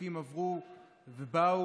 חוקים עברו ובאו,